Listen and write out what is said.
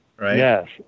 Yes